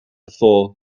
fool